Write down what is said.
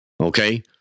Okay